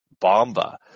Bomba